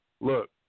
look